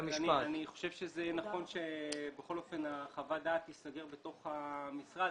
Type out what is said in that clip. אני חושב שזה נכון שבכל אופן חוות הדעת תיסגר בתוך המשרד.